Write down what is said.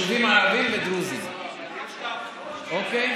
יישובים ערביים ודרוזיים, אוקיי?